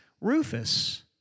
Rufus